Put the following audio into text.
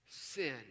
sin